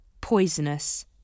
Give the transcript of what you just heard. poisonous